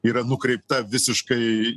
yra nukreipta visiškai